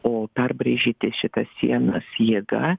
o perbraižyti šitas sienas jėga